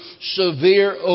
severe